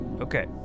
okay